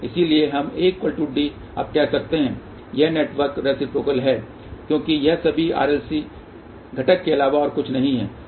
इसलिए हम AD अब कह सकते हैं यह नेटवर्क रेसिप्रोकल है क्योंकि ये सभी RLC घटक के अलावा और कुछ नहीं हैं